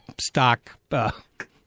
stock—